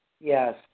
Yes